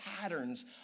patterns